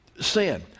sin